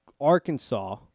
Arkansas